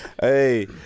Hey